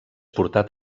portat